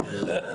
עבאס